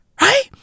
right